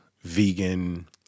vegan